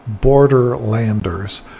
borderlanders